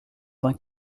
vingt